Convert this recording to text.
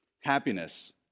happiness